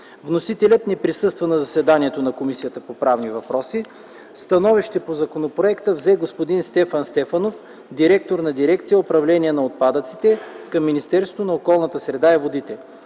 Вносителят не присъства на заседанието на Комисията по правни въпроси. Становище по законопроекта взе господин Стефан Стефанов – директор на Дирекция „Управление на отпадъците” към Министерството на околната среда и водите.